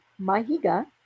Mahiga